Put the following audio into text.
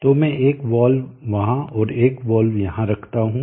तो मैं एक वाल्व वहाँ और एक वाल्व यहाँ रखता हूँ